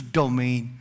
domain